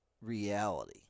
reality